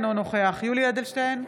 אינו נוכח יולי יואל אדלשטיין,